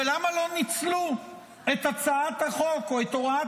ולמה לא ניצלו את הצעת החוק או את הוראת